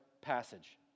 passage